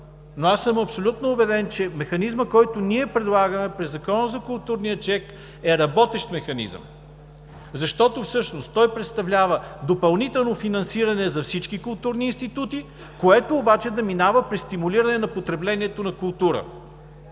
но аз съм абсолютно убеден, че механизмът, който ние предлагаме през Закона за културния чек, е работещ механизъм. Защото всъщност той представлява допълнително финансиране за всички културни институти, което, обаче, да минава през стимулиране на потреблението на култура,